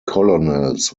colonels